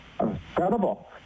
incredible